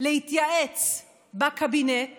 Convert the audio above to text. להתייעץ עם הקבינט